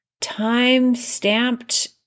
time-stamped